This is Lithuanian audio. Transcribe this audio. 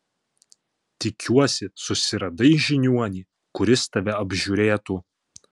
tikiuosi susiradai žiniuonį kuris tave apžiūrėtų